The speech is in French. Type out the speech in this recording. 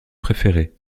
préféré